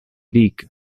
league